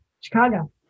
Chicago